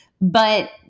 But-